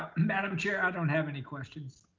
madam chair. i don't have any questions.